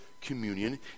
communion